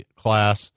class